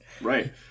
Right